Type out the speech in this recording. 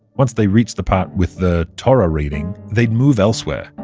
once they reached the part with the torah reading, they'd move elsewhere,